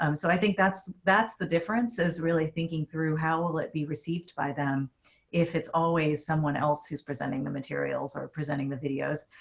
um so i think that's that's the difference. that is really thinking through how will it be received by them if it's always someone else who's presenting the materials, or presenting the videos,